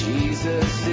Jesus